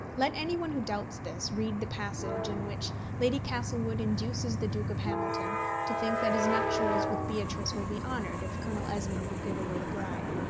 let any one who doubts this read the passage in which lady castlewood induces the duke of hamilton to think that his nuptials with beatrice will be honoured if colonel esmond will give away the bride.